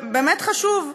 באמת חשוב,